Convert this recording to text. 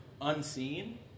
Unseen